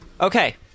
Okay